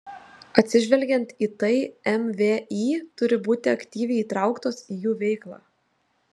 atsižvelgiant į tai mvį turi būti aktyviai įtrauktos į jų veiklą